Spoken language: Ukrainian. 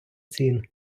цін